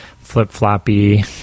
flip-floppy